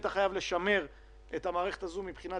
אתה חייב לשמר את המערכת הזאת מבחינת